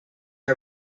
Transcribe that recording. are